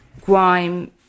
grime